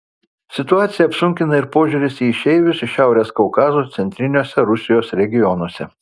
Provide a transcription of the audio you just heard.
situaciją apsunkina ir požiūris į išeivius iš šiaurės kaukazo centriniuose rusijos regionuose